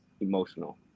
emotional